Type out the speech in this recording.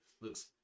looks